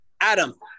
Adam